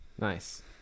Nice